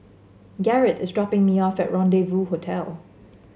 Garret is dropping me off at Rendezvous Hotel